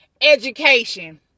education